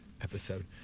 episode